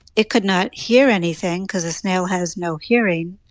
it could not hear anything cause a snail has no hearing.